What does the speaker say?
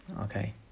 Okay